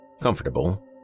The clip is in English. Comfortable